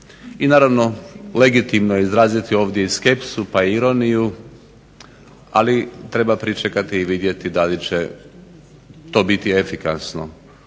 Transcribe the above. i naravno legitimno je izraziti ovdje i skepsu pa i ironiju, ali treba pričekati i vidjeti da li će to biti efikasno.